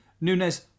nunez